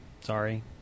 Sorry